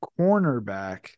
cornerback